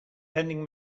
vending